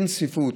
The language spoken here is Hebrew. אין צפיפות,